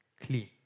clean